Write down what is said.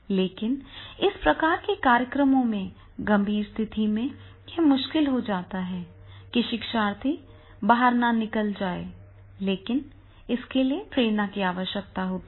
लेकिन इस प्रकार के कार्यक्रमों में गंभीर स्थिति में यह मुश्किल हो जाता है कि शिक्षार्थी बाहर न निकल जाए लेकिन इसके लिए प्रेरणा की आवश्यकता होती है